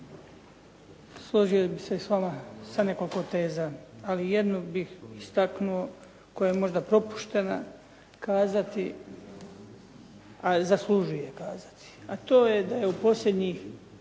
složio bih se s vama sa nekoliko teza, ali jednu bih istaknuo koja je možda propuštana kazati, a zaslužuje kazati. A to je da je u posljednjih